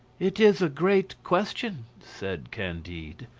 it is a great question, said candide.